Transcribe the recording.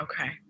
Okay